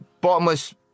bottomless